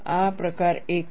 આ પ્રકાર 1 છે